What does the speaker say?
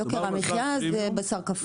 יוקר המחיה זה בשר קפוא.